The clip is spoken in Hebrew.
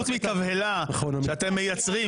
חוץ מתבהלה שאתם מייצרים,